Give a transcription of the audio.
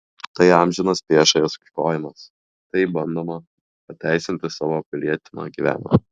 tai amžinas priešo ieškojimas taip bandoma pateisinti savo apgailėtiną gyvenimą